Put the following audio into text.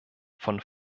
von